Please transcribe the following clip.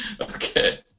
Okay